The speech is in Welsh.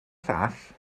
llall